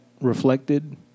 reflected